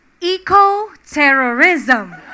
eco-terrorism